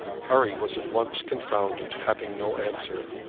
harry was at once confounded, having no answer.